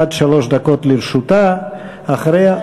עד שלוש דקות לרשותה, אחריה,